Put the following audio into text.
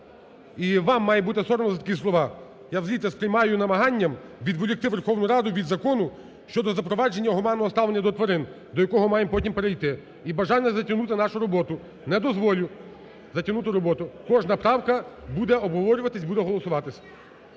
І вам має бути соромно за такі слова. Я взагалі це сприймаю намаганням відволікти Верховну Раду від закону щодо запровадження гуманного ставлення до тварин, до якого маємо потім перейти, і бажання затягнути нашу роботу. Не дозволю затягнути роботу. Кожна правка буде обговорюватися, буде голосуватися.